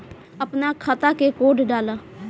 अपना खाता के कोड डाला